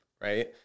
right